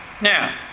Now